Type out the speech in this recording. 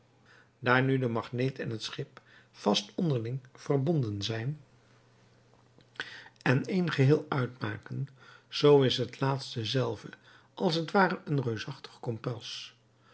daar nu de magneet en het schip vast onderling verbonden zijn en een geheel uitmaken zoo is het laatste zelve als het ware een reusachtig kompas